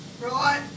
right